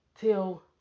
till